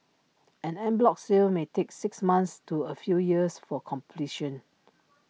an en bloc sale may take six months to A few years for completion